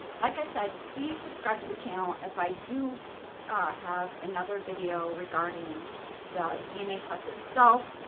like i said, please subscribe to the channel. if i do have another video regarding the dna test itself